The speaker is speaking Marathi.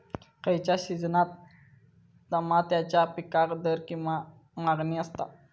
खयच्या सिजनात तमात्याच्या पीकाक दर किंवा मागणी आसता?